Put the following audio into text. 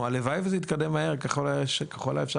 הלוואי שזה יתקדם מהר ככל האפשר.